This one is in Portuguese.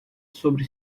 sobre